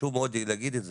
חשוב מאוד להגיד את זה.